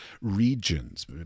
regions